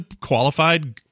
qualified